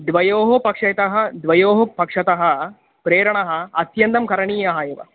ड्वयोः पक्षेतः द्वयोः पक्षतः प्रेरणः अत्यन्तं करणीयः एव